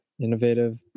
innovative